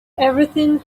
everything